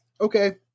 Okay